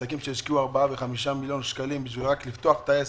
עסקים שהשקיעו 4 או 5 מיליון שקלים רק בשביל לפתוח את העסק,